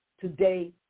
today